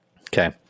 Okay